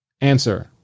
Answer